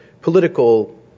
political